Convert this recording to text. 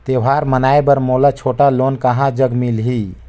त्योहार मनाए बर मोला छोटा लोन कहां जग मिलही?